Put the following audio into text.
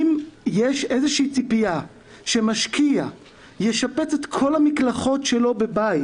אם יש איזושהי ציפייה שמשקיע ישפץ את כל המקלחות שלו בבית